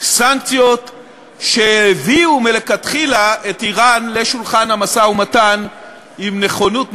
סנקציות שהביאו מלכתחילה את איראן לשולחן המשא-ומתן עם נכונות מסוימת,